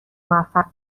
موفق